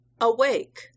Awake